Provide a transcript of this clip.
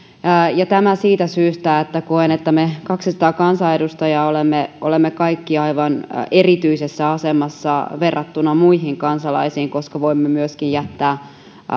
tämä siitä syystä että koen että me kaksisataa kansanedustajaa olemme olemme kaikki aivan erityisessä asemassa verrattuna muihin kansalaisiin koska voimme myöskin jättää